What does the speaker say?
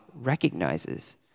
recognizes